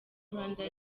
rwanda